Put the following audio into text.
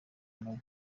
nawe